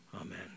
Amen